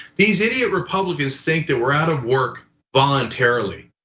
these idiot republicans think that we're out of work voluntarily.